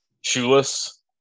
shoeless